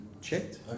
checked